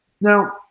Now